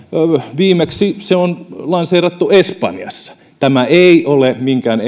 viimeksi se on lanseerattu espanjassa tämä ei ole minkään